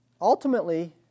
Ultimately